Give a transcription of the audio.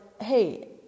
hey